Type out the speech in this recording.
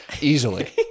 easily